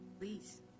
Please